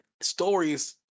stories